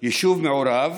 יישוב מעורב